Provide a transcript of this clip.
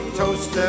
toast